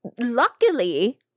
luckily